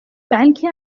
بلکه